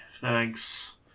thanks